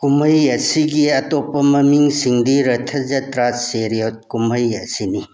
ꯀꯨꯝꯍꯩ ꯑꯁꯤꯒꯤ ꯑꯇꯣꯞꯄ ꯃꯃꯤꯡꯁꯤꯡꯗꯤ ꯔꯊꯥ ꯖꯇ꯭ꯔꯥ ꯁꯦꯔꯤꯌꯠ ꯀꯨꯝꯍꯩ ꯑꯁꯤꯅꯤ